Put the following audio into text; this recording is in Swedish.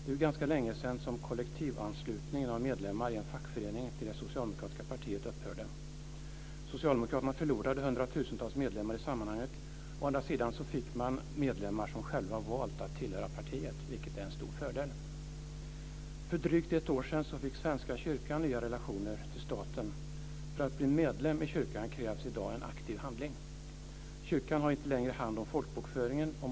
Det är ganska länge sedan som kollektivanslutningen av medlemmar i en fackförening till det socialdemokratiska partiet upphörde. Socialdemokraterna förlorade hundratusentals medlemmar i sammanhanget. Å andra sidan fick partiet medlemmar som själva valt att tillhöra partiet - vilket är en stor fördel. För drygt ett år sedan fick Svenska kyrkan nya relationer till staten. För att bli medlem i kyrkan krävs i dag en aktiv handling. Kyrkan har inte längre hand om folkbokföringen.